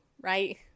right